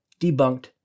Debunked